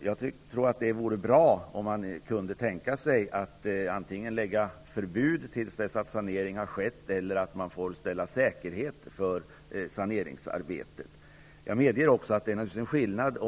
Jag tror att det vore bra om det gick att införa förbud tills en sanering har skett eller att säkerhet får ställas för saneringsarbetet. Jag medger att det råder en skillnad